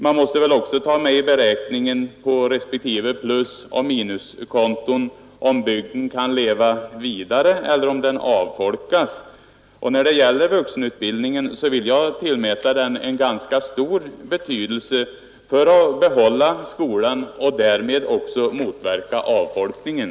Man måste väl också ta med i beräkningen på respektive plusoch minuskonton om bygden kan leva vidare eller om den avfolkas. Och jag vill för min del tillmäta vuxenutbildningen en ganska stor betydelse för att behålla skolan och därmed också motverka avfolkningen.